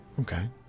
Okay